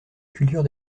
culture